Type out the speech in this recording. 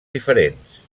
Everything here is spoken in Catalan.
diferents